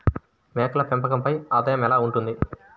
మేకల పెంపకంపై ఆదాయం ఎలా ఉంటుంది?